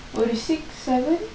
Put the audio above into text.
ஒறு:oru six seven